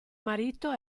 marito